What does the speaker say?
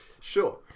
Sure